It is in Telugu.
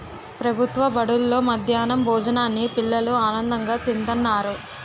ప్రభుత్వ బడుల్లో మధ్యాహ్నం భోజనాన్ని పిల్లలు ఆనందంగా తింతన్నారు